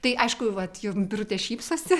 tai aišku vat jau birutė šypsosi